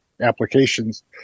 applications